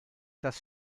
das